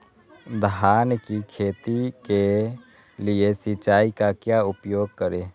धान की खेती के लिए सिंचाई का क्या उपयोग करें?